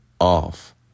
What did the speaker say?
off